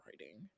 writing